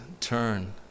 turn